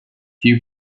few